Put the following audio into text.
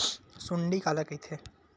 सुंडी काला कइथे?